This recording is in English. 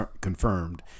confirmed